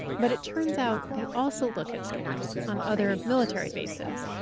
but it turns out they also look at stores on other military bases.